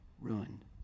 ruined